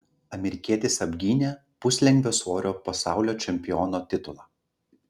amerikietis apgynė puslengvio svorio pasaulio čempiono titulą